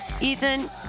Ethan